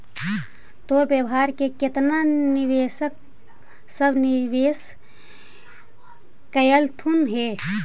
तोर व्यापार में केतना निवेशक सब निवेश कयलथुन हे?